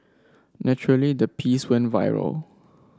naturally the piece went viral